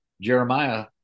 Jeremiah